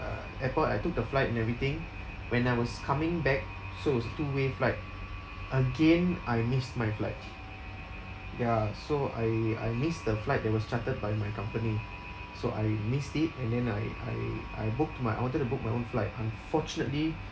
uh airport I took the flight and everything when I was coming back so is a two way flight again I missed my flight ya so I I missed the flight that was chartered by my company so I missed it and then I I I booked my I wanted to book my own flight unfortunately